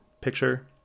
picture